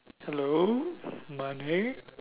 hello money